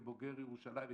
כבוגר ירושלים,